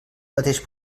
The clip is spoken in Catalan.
mateix